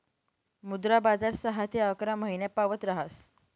मुद्रा बजार सहा ते अकरा महिनापावत ऱहास